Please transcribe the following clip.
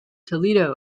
toledo